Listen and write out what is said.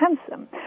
handsome